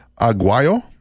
Aguayo